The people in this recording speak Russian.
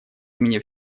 имени